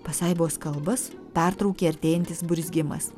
pasaibos kalbas pertraukė artėjantis burzgimas